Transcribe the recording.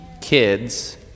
kids